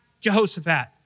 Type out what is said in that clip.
Jehoshaphat